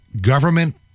government